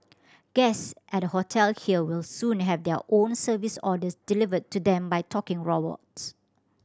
guests at a hotel here will soon have their room service orders delivered to them by talking robots